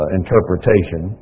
interpretation